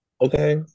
Okay